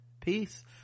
peace